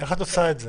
איך את עושה את זה